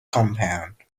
compound